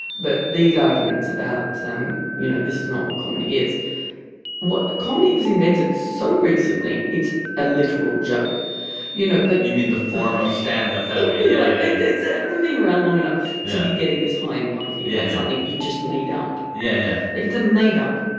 but these arguments about um you know this is not what comedy is what comedy was invented so recently it's a literal joke you know like you mean the form of standup that you yeah like they so haven't been around long enough getting this high and mighty yeah something you just made up yeah like it's a made up.